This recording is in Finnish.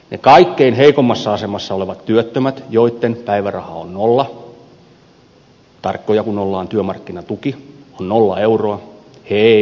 ne kaikkein heikoimmassa asemassa olevat työttömät joitten päiväraha on nolla tarkkoja kun ollaan työmarkkinatuki on nolla euroa eivät saa mitään